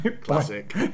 Classic